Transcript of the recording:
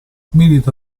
milita